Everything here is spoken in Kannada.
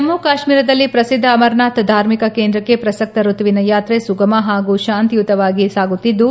ಜಮ್ಮು ಕಾಶ್ಮೀರದಲ್ಲಿ ಪ್ರಸಿದ್ದ ಅಮರ್ನಾಥ್ ಧಾರ್ಮಿಕ ಕೇಂದ್ರಕ್ಕೆ ಪ್ರಸಕ್ತ ಋತುವಿನ ಯಾತ್ರೆ ಸುಗಮ ಹಾಗೂ ಶಾಂತಿಯುವಾಗಿ ಸಾಗುತ್ತಿದ್ದು